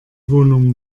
wohnung